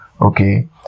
okay